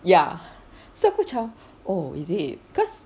ya so aku macam oh is it cause